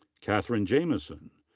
kathryn jamieson.